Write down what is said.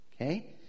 Okay